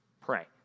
pray